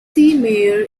mayer